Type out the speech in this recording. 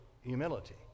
humility